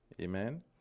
Amen